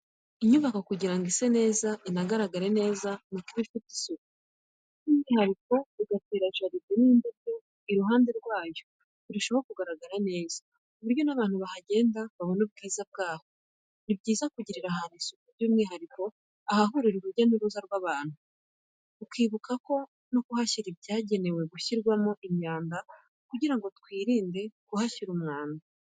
Inyubako kugira ngo ise neza, inagaragare neza nuko iba ifite isuku, by'umwihariko ugatera jaride n'indabyo iruhande rwayo birushaho kugaragara neza, ku buryo n'abantu bahagenda babona ubwiza bwaho. Ni byiza kugirira ahantu isuku by'umwihariko ahahurira urujya n'uruza rw'abantu, mukibuka no kuhashyira ibyagenewe kushyirwamo imyanda kugira ngo twirinde kuhashyira umwanda.